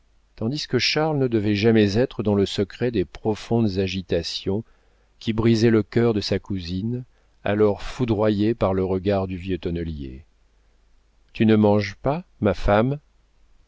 tandis que charles ne devait jamais être dans le secret des profondes agitations qui brisaient le cœur de sa cousine alors foudroyée par le regard du vieux tonnelier tu ne manges pas ma femme